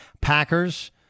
Packers